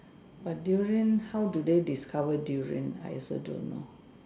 but durian how do they discover durian I also don't know